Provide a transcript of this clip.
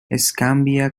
escambia